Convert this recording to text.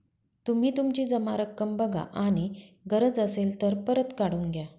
तुम्ही तुमची जमा रक्कम बघा आणि गरज असेल तर परत काढून घ्या